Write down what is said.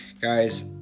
guys